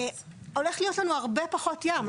הולך להיות לנו הרבה פחות ים.